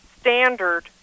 standard